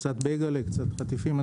בייגלה, חטיפים.